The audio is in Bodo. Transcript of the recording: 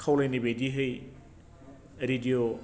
खावलायनाय बायदियै रेडिअ